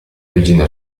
origine